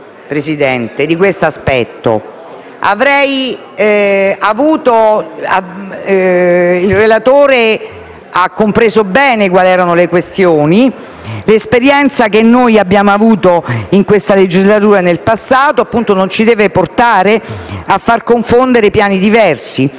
Presidente, di questo aspetto. Il relatore ha compreso bene quali fossero le questioni in gioco. L'esperienza che abbiamo avuto in questa legislatura e in passato, appunto, non ci deve portare a confondere piani diversi: